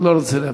לא רוצה להמשיך.